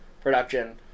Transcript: production